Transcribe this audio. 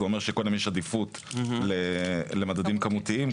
זה אומר שקודם יש עדיפות למדדים כמותיים,